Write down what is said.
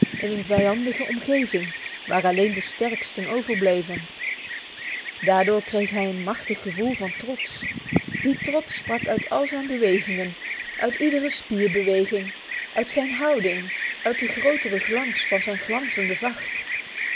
in een vijandige omgeving waar alleen de sterksten overbleven daardoor kreeg hij een machtig gevoel van trots die trots sprak uit al zijn bewegingen uit iedere spierbeweging uit zijn houding uit de grotere glans van zijn glanzende vacht